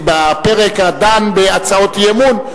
בפרק הדן בהצעות אי-אמון,